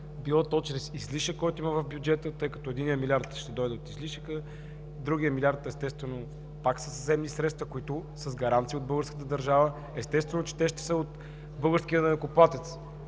било то чрез излишък, който има в бюджета, тъй като единият милиард ще дойде от излишъка, другият милиард естествено пак със заемни средства, които са с гаранция от българската държава. Естествено, че те ще са от българския данъкоплатец.